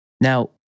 Now